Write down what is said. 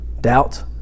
Doubt